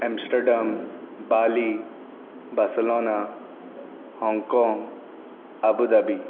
Amsterdam Bali Barcelona Hong Kong Abu Dhabi